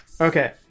Okay